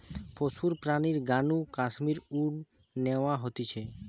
পশুর প্রাণীর গা নু কাশ্মীর উল ন্যাওয়া হতিছে